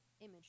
image